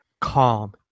calm